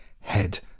head